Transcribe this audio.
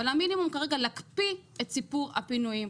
אבל המינימום כרגע להקפיא את סיפור הפינויים,